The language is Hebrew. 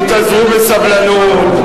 תתאזרו בסבלנות,